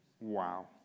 Wow